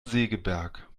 segeberg